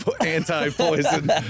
anti-poison